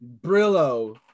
Brillo